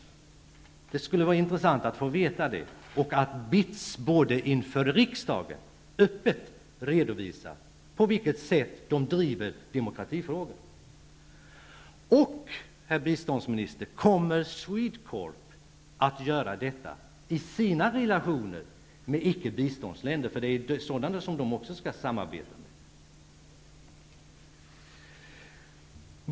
Det skulle vara intressant att få veta det och att få höra BITS inför riksdagen öppet redovisa på vilket sätt man driver demokratifrågor. Och herr biståndsminister, kommer SWEDECORP att göra detta i sina relationer med icke-biståndsländer, eftersom SWEDECORP skall samarbeta också med sådana länder?